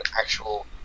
actual